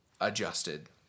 adjusted